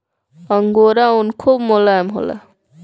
angora ऊन खूब मोलायम होला